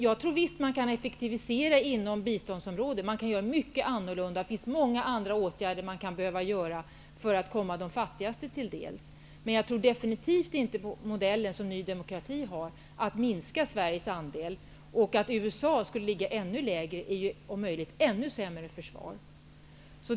Jag tror visst att man kan effektivisera inom biståndsområdet; man kan göra mycket annorlunda, och det finns många åtgärder man kan behöva vidta för att biståndet skall komma de fattigaste till del. Men jag tror definitivt inte på Ny demokratis modell, nämligen att minska Sveriges andel. Att USA skulle ligga ännu lägre är ju om möjligt ett ännu sämre försvar.